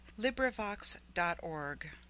LibriVox.org